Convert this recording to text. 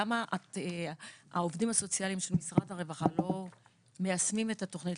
למה העובדים הסוציאליים של משרד הרווחה לא מיישמים את התכנית,